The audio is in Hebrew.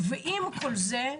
עם כל זה,